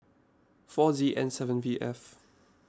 four Z N seven V F